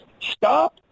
Stop